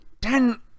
Ten